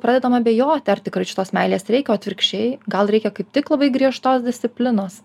pradedam abejoti ar tikrai šitos meilės reikia atvirkščiai gal reikia kaip tik labai griežtos disciplinos